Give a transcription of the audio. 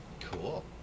cool